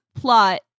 plot